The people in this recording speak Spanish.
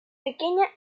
pequeña